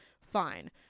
Fine